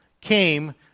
came